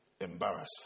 Embarrass